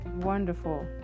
wonderful